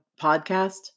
podcast